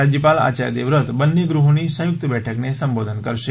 રાજયપાલ આચાર્ય દેવવ્રત બંને ગૃહોની સંયુક્ત બેઠકને સંબોધન કરશે